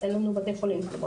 ואין לנו בתי חולים.